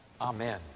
Amen